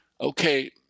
okay